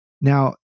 Now